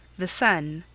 the son,